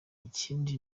ikindi